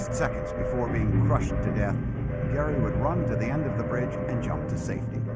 seconds before being crushed to death gary would run to the end of the bridge and jump to safety